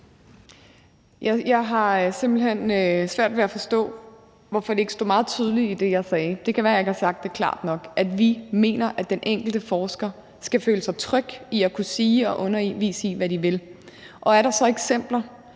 hen svært ved at forstå, hvorfor det ikke var meget tydeligt i det, jeg sagde – det kan være, at jeg ikke har sagt det klart nok – at vi mener, at den enkelte forsker skal føle sig tryg ved at kunne sige og undervise i, hvad de vil. Og er der så eksempler,